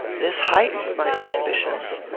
this heightened my suspicions.